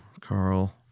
Carl